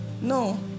No